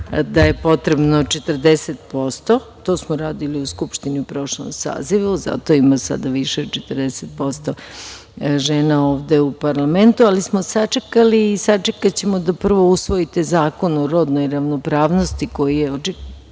da je potrebno 40%. To smo radili u Skupštini u prošlom sazivu. Zato sada ima više od 40% žena ovde u parlamentu, ali smo sačekali i sačekaćemo da prvo usvojite Zakon o rodnoj ravnopravnosti koji je,